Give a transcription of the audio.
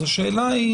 השאלה היא